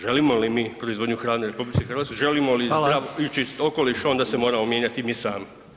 Želimo li mi proizvodnju hrane u RH, želimo li zdrav i čist okoliš onda se moramo mijenjati i mi sami.